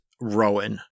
Rowan